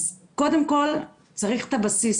אז קודם כל צריך את הבסיס.